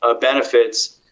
benefits